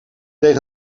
tegen